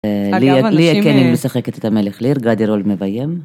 אגב אנשים.. ליה קניג משחקת את המלך ליר, גדי רול מביים.